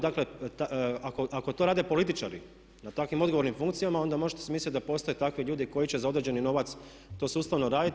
Dakle ako to rade političari na takvim odgovornim funkcijama onda možete si misliti da postoje takvi ljudi koji će za određeni novac to sustavno raditi.